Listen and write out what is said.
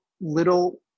little